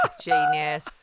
Genius